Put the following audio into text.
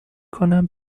کنم